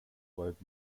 weit